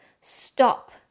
stop